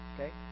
Okay